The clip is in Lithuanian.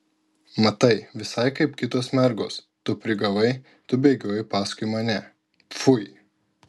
matai visai kaip kitos mergos tu prigavai tu bėgiojai paskui mane pfui